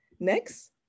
Next